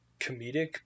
comedic